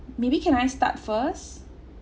maybe can I start first